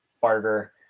Barger